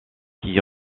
qui